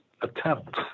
attempt